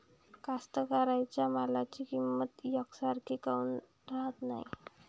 कास्तकाराइच्या मालाची किंमत यकसारखी काऊन राहत नाई?